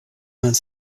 vingt